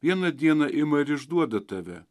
vieną dieną ima ir išduoda tave